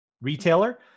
retailer